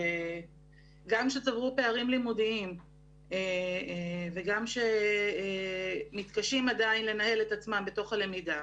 גם שצברו פערים לימודיים וגם שמתקשים עדיין לנהל את עצמם בתוך הלמידה,